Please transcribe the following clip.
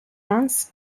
lance